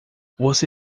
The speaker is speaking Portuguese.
você